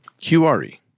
QRE